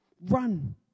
Run